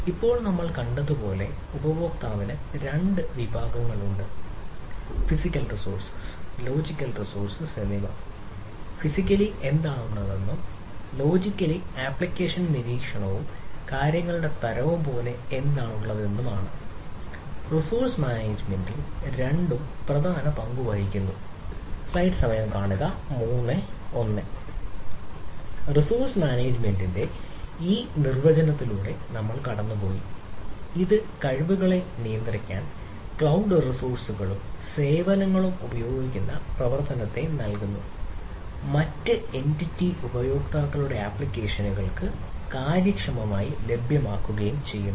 ഇപ്പോൾ നമ്മൾ കണ്ടതുപോലെ ഉപയോക്താവിന് 2 വിഭാഗങ്ങളുണ്ട് physical resource logical resource resource മാനേജ്മെന്റിന്റെ ഈ നിർവചനത്തിലൂടെ നമ്മൾ കടന്നുപോയി ഇത് കഴിവുകളെ നിയന്ത്രിക്കാൻ ക്ലൌഡ് റിസോഴ്സുകളും സേവനങ്ങളും ഉപയോഗിക്കുന്ന പ്രവർത്തനത്തെ നൽകുന്നു മറ്റ് എന്റിറ്റി ഉപയോക്താക്കളുടെ ആപ്ലിക്കേഷനുകൾക്ക് കാര്യക്ഷമമായി ലഭ്യമാക്കുകയും ചെയ്യുന്നു